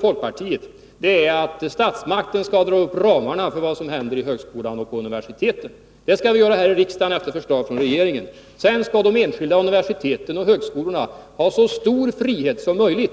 Folkpartiets uppfattning är att statsmakten skall dra upp ramarna för högskolorna och universiteten. Det skall ske här i riksdagen efter förslag från regeringen. Sedan skall de enskilda universiteten och högskolorna ha så stor frihet som möjligt.